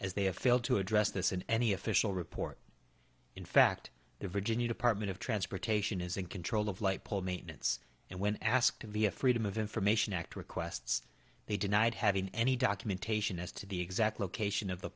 as they have failed to address this in any official report in fact the virgin you department of transportation is in control of light pole maintenance and when asked via freedom of information act requests they denied having any documentation as to the exact location of the